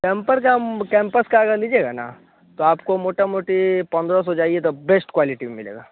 camper का campus का अगर लीजिएगा ना तो आपको मोटा मोटी पंद्रह सौ जाइए तो आपको बेस्ट क्वालिटी में मिलेगा